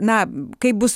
na kaip bus